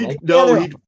No